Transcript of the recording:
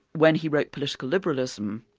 when he wrote political liberalism,